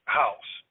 house